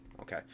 okay